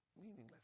meaningless